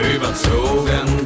Überzogen